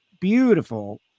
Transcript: beautiful